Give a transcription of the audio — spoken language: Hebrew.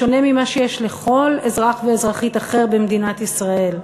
בשונה ממה שיש לכל אזרח ואזרחית אחר במדינת ישראל.